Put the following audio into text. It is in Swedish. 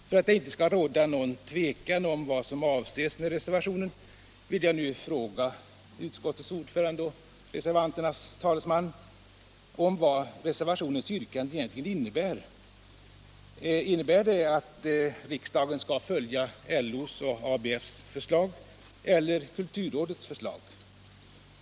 För att det inte skall råda någon tvekan om vad som avses med reservationen vill jag fråga utskottets ordförande vad reservanternas yrkande innebär. Innebär det att riksdagen skall följa LO-ABF-förslaget eller kulturrådets förslag?